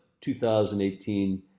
2018